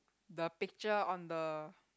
the picture on the